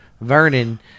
Vernon